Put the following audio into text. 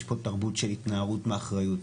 יש פה תרבות של התנערות מאחריות,